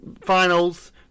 finals